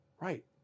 right